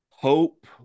Hope